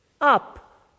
up